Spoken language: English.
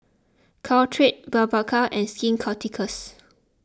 Caltrate Blephagel and Skin Ceuticals